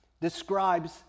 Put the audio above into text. describes